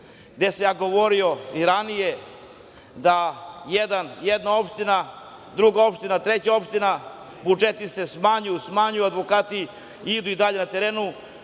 sam vam govorio i ranije da jedna opština, druga opština, treća opština, budžeti se smanjuju, advokati idu i dalje na terenu,